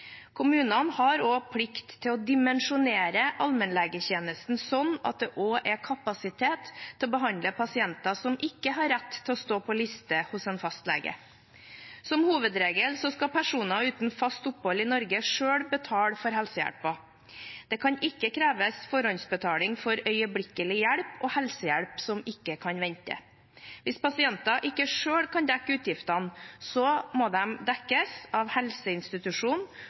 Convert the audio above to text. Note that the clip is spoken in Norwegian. Kommunene har også plikt til å dimensjonere allmennlegetjenesten slik at det også er kapasitet til å behandle pasienter som ikke har rett til å stå på liste hos en fastlege. Som hovedregel skal personer uten fast opphold i Norge selv betale for helsehjelpen. Det kan ikke kreves forhåndsbetaling for øyeblikkelig hjelp og helsehjelp som ikke kan vente. Hvis pasienten ikke selv kan dekke utgiftene, må de dekkes av